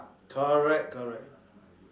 correct correct